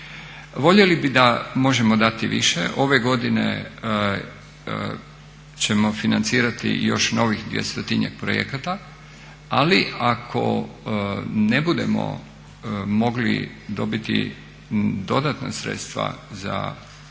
Voljeli bi da možemo dati više. Ove godine ćemo financirati još novih 200-tinjak projekata ali ako ne budemo mogli dobiti dodatna sredstva za 2016.,